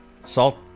Salt